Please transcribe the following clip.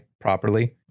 properly